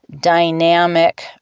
dynamic